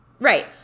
right